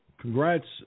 Congrats